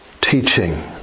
teaching